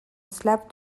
slave